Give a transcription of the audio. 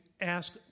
ask